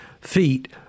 feet